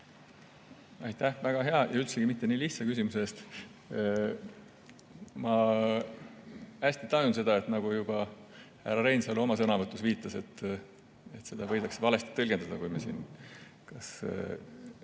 Aitäh väga hea ja üldsegi mitte nii lihtsa küsimuse eest! Ma hästi tajun, nagu juba härra Reinsalu oma sõnavõtus viitas, et seda võidakse valesti tõlgendada, kui mina